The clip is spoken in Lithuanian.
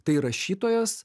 tai rašytojas